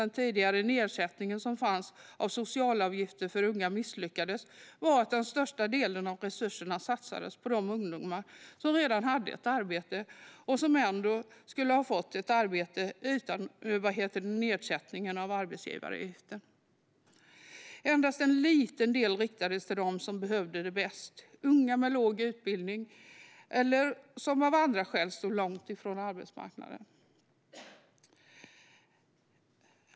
Den tidigare nedsättningen av socialavgifter för unga misslyckades eftersom den största delen av resurserna satsades på de ungdomar som redan hade ett arbete eller som skulle få ett arbete även utan nedsättningen av arbetsgivaravgiften. Endast en liten del riktades till dem som behövde det bäst, nämligen unga med låg utbildning eller unga som av andra skäl stod långt ifrån arbetsmarknaden.